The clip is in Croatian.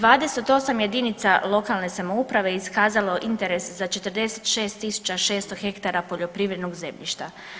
28 jedinica lokalne samouprave iskazalo interes za 46.600 hektara poljoprivrednog zemljišta.